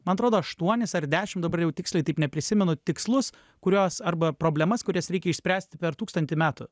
man atrodo aštuonis ar dešim dabar jau tiksliai taip neprisimenu tikslus kurios arba problemas kurias reikia išspręsti per tūkstantį metų